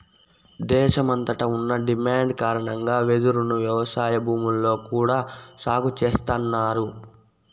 దేశమంతట ఉన్న డిమాండ్ కారణంగా వెదురును వ్యవసాయ భూముల్లో కూడా సాగు చేస్తన్నారు